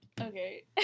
Okay